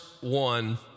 one